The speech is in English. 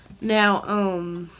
Now